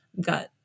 got